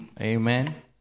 Amen